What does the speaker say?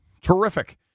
Terrific